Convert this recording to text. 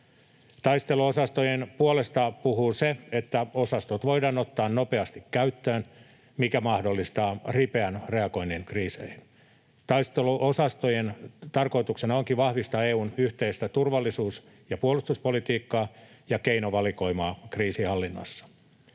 Taisteluosastojen puolesta puhuu se, että osastot voidaan ottaa nopeasti käyttöön, mikä mahdollistaa ripeän reagoinnin kriiseihin. Taisteluosastojen tarkoituksena onkin vahvistaa EU:n yhteistä turvallisuus- ja puolustuspolitiikkaa ja keinovalikoimaa kriisinhallinnassa.